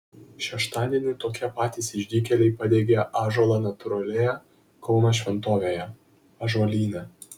šeštadienį tokie patys išdykėliai padegė ąžuolą natūralioje kauno šventovėje ąžuolyne